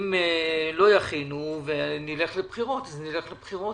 אם לא יכינו ונלך לבחירות אז נלך לבחירות,